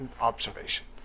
observation